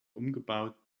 umgebaut